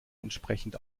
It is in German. entsprechend